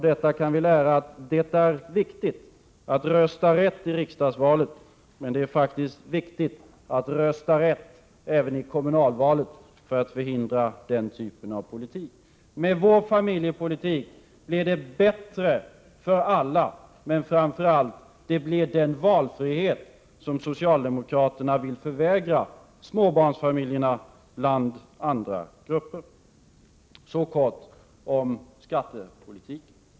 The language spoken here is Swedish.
Detta lär oss att det är viktigt att rösta rätt i riksdagsvalet, men det är faktiskt viktigt att rösta rätt även i kommunalvalet för att hindra den här typen av politik. Med vår familjepolitik blir det bättre för alla, men framför allt innebär det den valfrihet som socialdemokratin vill förvägra småbarnsfamiljerna bland andra grupper. Så kort om skattepolitiken.